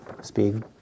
speed